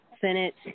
Senate